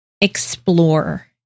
explore